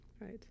Right